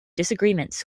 disagreements